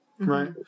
Right